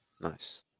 nice